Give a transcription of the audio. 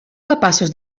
capaços